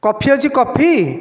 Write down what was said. coffee ଅଛି coffee